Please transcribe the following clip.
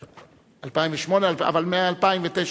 2008, אבל מ-2009.